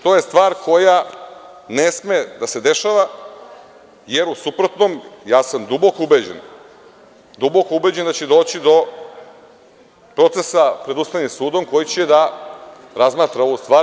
To je stvar koja ne sme da se dešava, jer u suprotnom ja sam duboko ubeđen da će doći do procesa pred Ustavnim sudom koji će da razmatra ovu stvar.